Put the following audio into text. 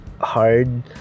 hard